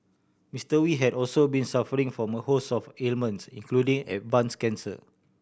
Mister Wee had also been suffering from a host of ailments including advanced cancer